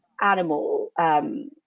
animal